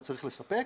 צריך לספק.